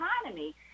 economy